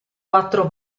quattro